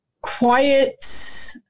quiet